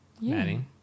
maddie